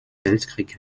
weltkrieg